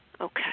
Okay